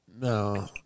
No